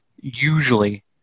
usually